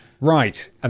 Right